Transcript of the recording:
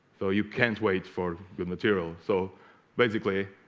so you can't wait for good material so basically